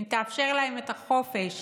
את החופש